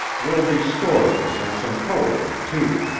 there will be stories and some poetry, too.